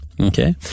okay